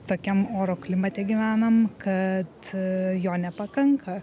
tokiam oro klimate gyvenam kad jo nepakanka